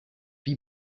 wie